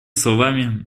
словами